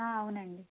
అవునండి